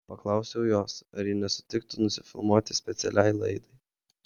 paklausiau jos ar ji nesutiktų nusifilmuoti specialiai laidai